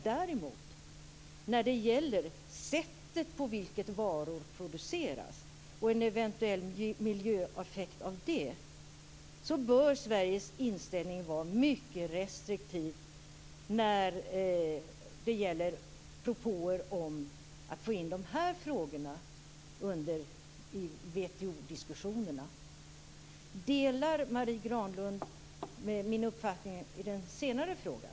Sveriges inställning bör däremot vara mycket restriktiv när det gäller propåer om att ta in frågorna om varornas produktionssätt och eventuella miljöeffekter av dessa i WTO diskussionerna. Delar Marie Granlund min uppfattning i den senare frågan?